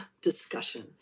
discussion